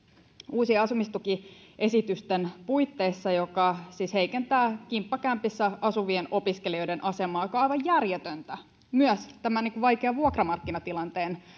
uusien asumistukiesitysten puitteissa jotka siis heikentävät kimppakämpissä asuvien opiskelijoiden asemaa mikä on aivan järjetöntä myös tämän vaikean vuokramarkkinatilanteen